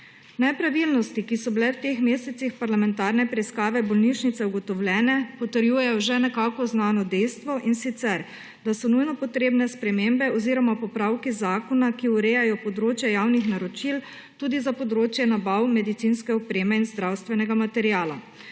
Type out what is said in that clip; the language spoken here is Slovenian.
Nepravilnosti, ki so bile v teh mesecih parlamentarne preiskave bolnišnice ugotovljene, potrjujejo že nekako znano dejstvo, in sicer da so nujno potrebne spremembe oziroma popravki zakona, ki urejajo področje javnih naročil tudi za področje nabav medicinske opreme in zdravstvenega materiala.